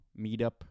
meetup